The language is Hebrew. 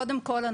קודם כל,